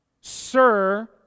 Sir